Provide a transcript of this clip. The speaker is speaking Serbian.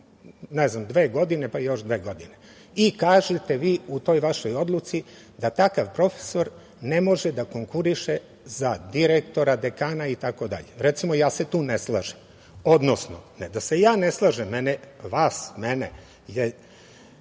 ne znam, dve godine, pa još dve godine. Kažete vi u toj vašoj odluci da takav profesor ne može da konkuriše za direktora, dekana itd. Recimo, ja se tu ne slažem, odnosno ne da se ja ne slažem, vas, mene je